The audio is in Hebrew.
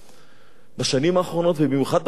בשנים האחרונות ובמיוחד בשנה האחרונה,